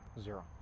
Zero